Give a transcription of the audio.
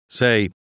Say